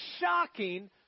shocking